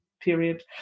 period